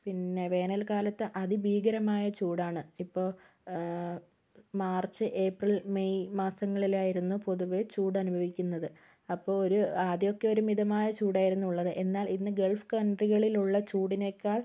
പിന്നെ വേനൽ കാലത്ത് അതിഭീകരമായ ചൂടാണ് ഇപ്പോൾ മാർച്ച് ഏപ്രിൽ മെയ് മാസങ്ങളിലായിരുന്നു പൊതുവേ ചൂടനുഭവിക്കുന്നത് അപ്പോൾ ഒരു ആദ്യമൊക്കെ ഒരു മിതമായ ചൂടായിരുന്നു ഉള്ളത് എന്നാൽ ഇന്ന് ഗൾഫ് കൺട്രികളിലുള്ള ചൂടിനേക്കാൾ